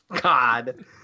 god